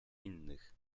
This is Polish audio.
innych